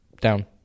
down